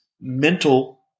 mental